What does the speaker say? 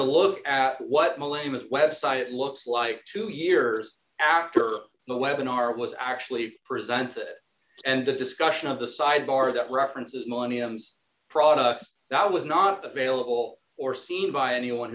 a look at what millennium of website it looks like two years after the wedding are was actually presented and the discussion of the sidebar that references millenniums products that was not available or seen by anyone